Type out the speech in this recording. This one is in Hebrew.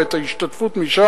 ואת ההשתתפות משם.